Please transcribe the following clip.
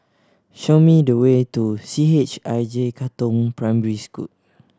show me the way to C H I J Katong Primary School